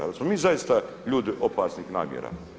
Da li smo mi zaista ljudi opasnih namjera?